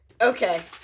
Okay